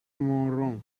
morón